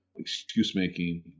excuse-making